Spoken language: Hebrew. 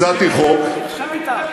הצעתי חוק, נכשלת.